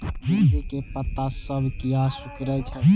भिंडी के पत्ता सब किया सुकूरे छे?